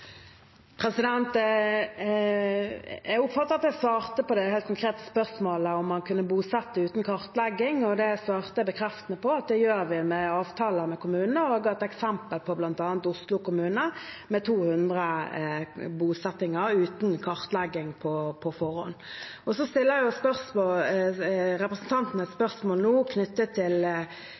Jeg oppfatter at jeg svarte på det helt konkrete spørsmålet, om man kunne bosette uten kartlegging. Det svarte jeg bekreftende på, at det gjør vi med avtaler med kommunene, og et eksempel er bl.a. Oslo kommune, med 200 bosettinger uten kartlegging på forhånd. Så stiller representanten et spørsmål nå knyttet til